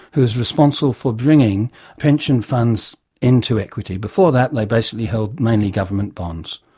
who was responsible for bringing pension funds into equity. before that, and they basically held mainly government bonds.